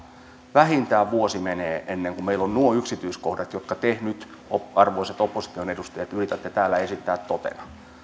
vähintään vuosi menee ennen kuin meillä on nuo yksityiskohdat joita te nyt arvoisat opposition edustajat yritätte täällä esittää totena